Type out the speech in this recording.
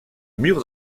mur